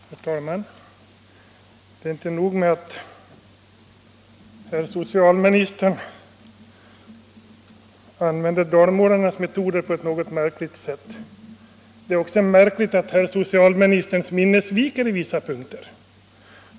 Herr talman! Det är inte nog med att herr socialministern använder dalmålarnas metoder på ett något egendomligt sätt, det är också märkligt att hans minne sviker på vissa punkter.